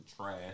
Trash